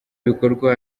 bikorwa